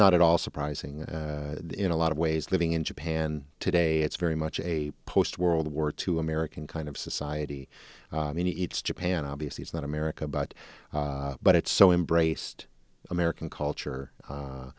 not at all surprising in a lot of ways living in japan today it's very much a post world war two american kind of society you know it's japan obviously it's not america but but it's so embrace american culture a